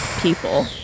people